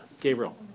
Gabriel